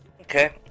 Okay